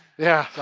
yeah.